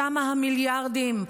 שם המיליארדים.